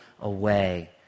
away